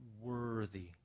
worthy